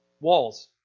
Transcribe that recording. walls